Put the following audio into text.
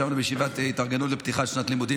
ישבנו עם כל מטה המשרד בישיבת התארגנות לפתיחת שנת הלימודים,